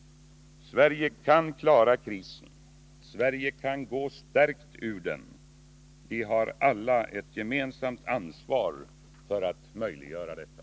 Sverige kan klara krisen och gå stärkt ur den. Vi har alla ett gemensamt ansvar för att möjliggöra detta.